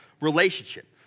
relationship